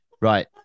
Right